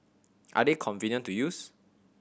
are they convenient to use